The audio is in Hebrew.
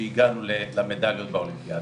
שהגענו למדליות באולימפיאדה.